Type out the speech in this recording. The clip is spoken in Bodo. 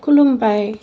खुलुमबाय